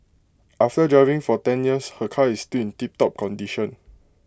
after driving for ten years her car is still in tiptop condition